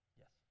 yes